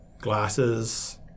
glasses